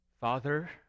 Father